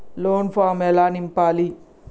Loan form ఎలా నింపాలి?